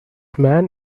man